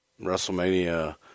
WrestleMania